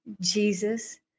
Jesus